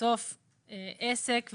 בסוף עסק,